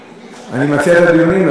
חבר הכנסת דב חנין,